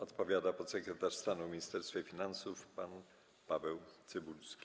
Odpowiada podsekretarz stanu w Ministerstwie Finansów pan Paweł Cybulski.